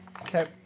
Okay